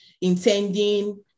intending